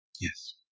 Yes